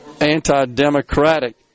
anti-democratic